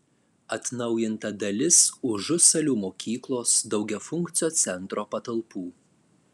atnaujinta dalis užusalių mokyklos daugiafunkcio centro patalpų